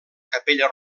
capella